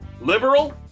Liberal